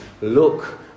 look